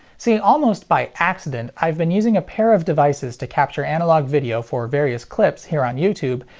see, almost by accident, i've been using a pair of devices to capture analog video for various clips here on youtube,